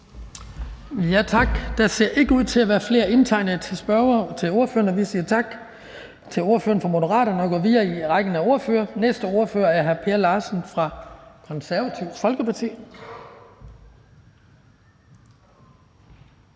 Tak. Der ser ikke ud til at være flere spørgere indtegnet. Vi siger tak til ordføreren fra Moderaterne og går videre i rækken af ordførere. Næste ordfører er hr. Per Larsen fra Det Konservative Folkeparti.